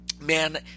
man